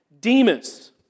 Demons